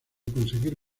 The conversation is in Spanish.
conseguir